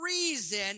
reason